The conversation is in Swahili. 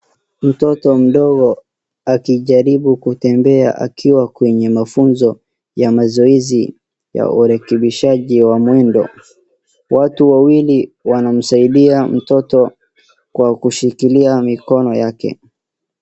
Mtoto mdogo akijaribu kutembea akiwa kwenye mafunzo ya mazoezi ya urekebisaji wa mwendo watu wawili wanamsaidia mtoto kwa kushikilia mikono yake.